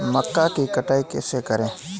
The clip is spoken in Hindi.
मक्का की कटाई कैसे करें?